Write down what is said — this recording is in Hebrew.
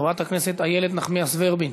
חברת הכנסת איילת נחמיאס ורבין.